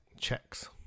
checks